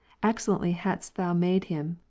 excellently hadst thou made him.